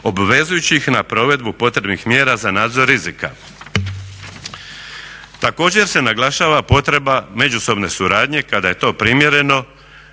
obvezujućih na provedbu potrebnih mjera za nadzor rizika. Također se naglašava potreba međusobne suradnje kada je to primjereno